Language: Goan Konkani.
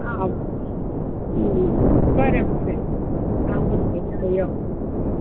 आं बरें बरें आ बरें आं समजलें यो